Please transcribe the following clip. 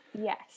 Yes